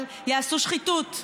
אבל יעשו שחיתות,